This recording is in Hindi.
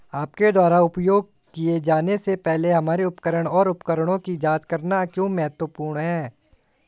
आपके द्वारा उपयोग किए जाने से पहले हमारे उपकरण और उपकरणों की जांच करना क्यों महत्वपूर्ण है?